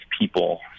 people